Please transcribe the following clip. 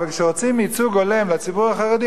אבל כשרוצים ייצוג הולם לציבור החרדי,